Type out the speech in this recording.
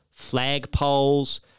flagpoles